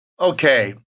Okay